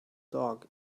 dog